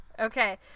Okay